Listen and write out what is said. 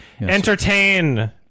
Entertain